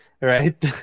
right